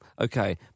okay